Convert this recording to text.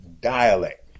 dialect